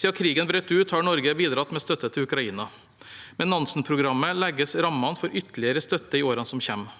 Siden krigen brøt ut, har Norge bidratt med støtte til Ukraina. Med Nansen-programmet legges rammene for ytterligere støtte i årene som kommer.